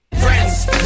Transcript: Friends